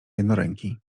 jednoręki